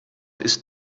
ist